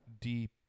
deep